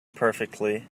perfectly